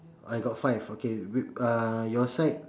I got five okay we uh your side